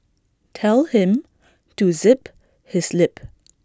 tell him to zip his lip